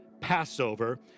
Passover